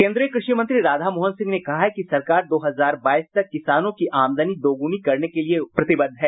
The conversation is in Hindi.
केन्द्रीय कृषि मंत्री राधामोहन सिंह ने कहा है कि सरकार दो हजार बाईस तक किसानों की आमदनी दोगुनी करने के लिए वचनबद्ध है